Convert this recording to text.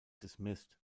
dismissed